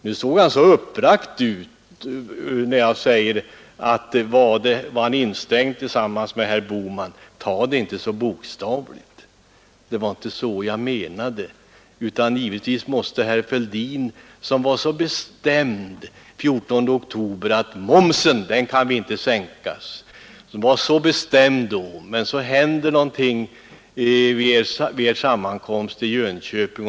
Nu såg han så uppbragt ut när jag undrade om han var instängd tillsammans med herr Bohman. Ta det inte så bokstavligt! Det var inte så jag menade. Herr Fälldin var ju så bestämd den 14 oktober att momsen inte bör sänkas. Men så händer någonting vid er sammankomst i Jönköping.